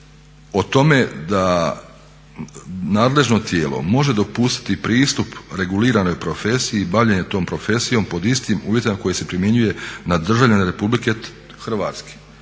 o tome da nadležno tijelo može dopustiti pristup reguliranoj profesiji i bavljenje tom profesijom pod istim uvjetima koji se primjenjuje na državljane Republike Hrvatske.